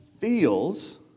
feels